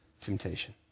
temptation